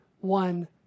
one